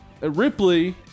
Ripley